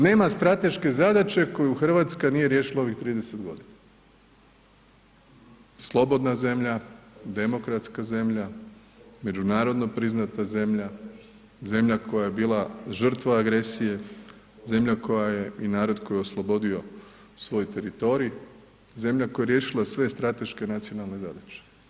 Nema strateške zadaće koju Hrvatska nije riješila u ovih 30 godina, slobodna zemlja, demokratska zemlja, međunarodno priznata zemlja, zemlja koja je bila žrtva agresije, zemlja koja je i narod koji je oslobodio svoj teritorij, zemlja koje je riješila sve strateške nacionalne zadaće.